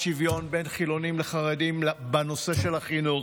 שוויון בין חילונים לחרדים בנושא של החינוך,